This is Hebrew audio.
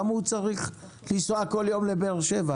למה הוא צריך לנסוע כל יום לבאר שבע?